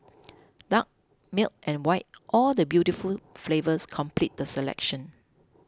dark milk and white all the beautiful flavours complete the selection